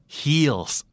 heels